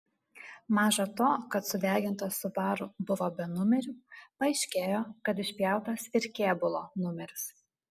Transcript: maža to kad sudegintas subaru buvo be numerių paaiškėjo kad išpjautas ir kėbulo numeris